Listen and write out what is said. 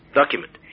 document